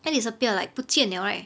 then disappeared like 不见 liao right